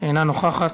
אינה נוכחת.